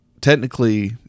Technically